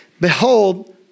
Behold